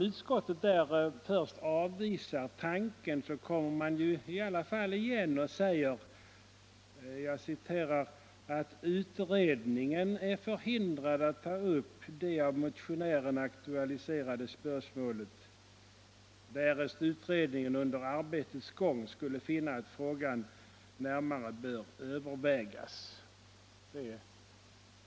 Utskottet avvisar där först tanken men kommer senare igen och säger då att ”utredningen är oförhindrad att ta upp det av motionären aktualiserade spörsmålet därest utredningen under arbetets gång skulle finna att frågan närmare bör övervägas”.